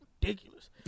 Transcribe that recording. ridiculous